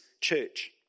church